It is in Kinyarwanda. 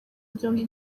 byombi